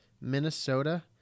Minnesota